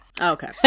okay